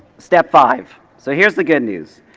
step five, so here's the good news.